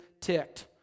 ticked